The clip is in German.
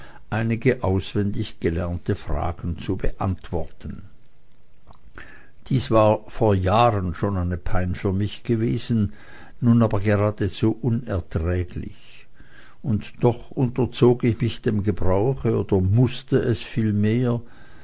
einige auswendig gelernte fragen zu beantworten dies war vor jahren schon eine pein für mich gewesen nun aber geradezu unerträglich und doch unterzog ich mich dem gebrauche oder mußte es